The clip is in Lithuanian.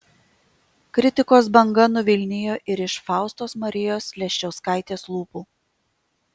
kritikos banga nuvilnijo ir iš faustos marijos leščiauskaitės lūpų